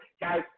Guys